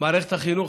מערכת החינוך,